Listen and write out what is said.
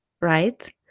right